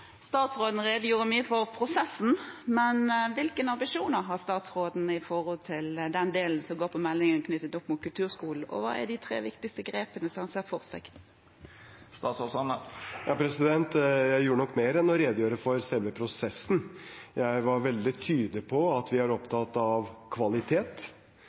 Statsråden redegjorde mye for prosessen, men hvilke ambisjoner har statsråden når det gjelder den delen av meldingen som handler om kulturskole? Hva er de tre viktigste grepene han ser for seg? Jeg gjorde nok mer enn å redegjøre for selve prosessen. Jeg var veldig tydelig på at vi er opptatt av kvalitet.